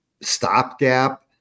stopgap